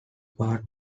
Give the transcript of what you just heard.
part